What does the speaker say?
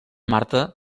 marta